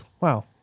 Wow